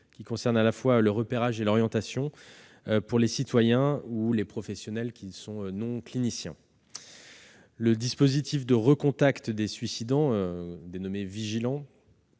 qui concernent à la fois le repérage et l'orientation pour les citoyens ou les professionnels non cliniciens. Le dispositif de recontact des suicidants « VigilanS